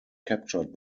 captured